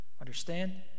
Understand